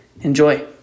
Enjoy